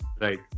Right